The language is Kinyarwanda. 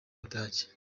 budage